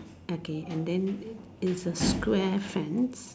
okay and then is a square fence